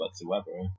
whatsoever